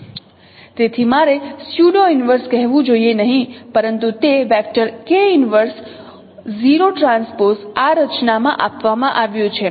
તેથી મારે pseudo inverse કહેવું જોઈએ નહિ પરંતુ તે આ રચનામાં આપવામાં આવ્યું છે